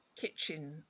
kitchen